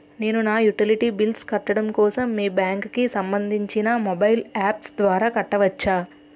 నేను నా utility bills కట్టడం కోసం మీ బ్యాంక్ కి సంబందించిన మొబైల్ అప్స్ ద్వారా కట్టవచ్చా?